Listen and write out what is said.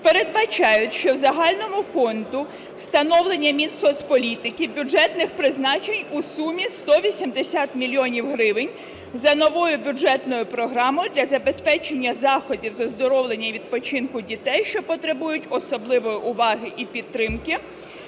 передбачає, що в загальному фонді встановлення Мінсоцполітики бюджетних призначень у сумі 180 мільйонів гривень за новою бюджетною програмою для забезпечення заходів з оздоровлення і відпочинку дітей, що потребують особливої уваги і підтримки